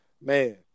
man